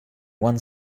one